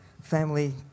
family